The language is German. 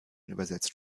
übersetzt